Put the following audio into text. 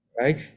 right